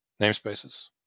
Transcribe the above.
namespaces